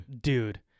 Dude